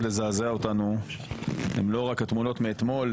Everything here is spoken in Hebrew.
לזעזע אותנו הן לא רק התמונות מאתמול,